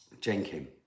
jenkin